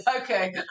Okay